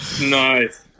Nice